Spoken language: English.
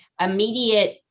immediate